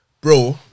Bro